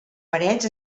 parets